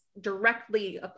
directly